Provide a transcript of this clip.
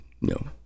no